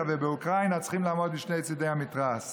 ובאוקראינה צריכים לעמוד משני צידי המתרס.